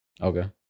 Okay